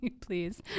please